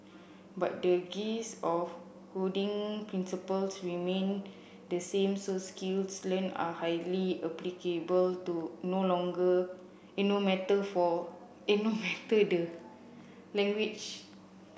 but the of coding principles remained the same so skills learnt are highly applicable do no longer in no matter for in no matter the language